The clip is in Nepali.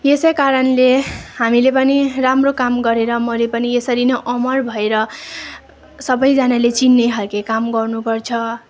यसैकारणले हामीले पनि राम्रो काम गरेर मरे पनि यसरी नै अमर भएर सबैजनाले चिन्ने खालको काम गर्नुपर्छ